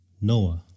Noah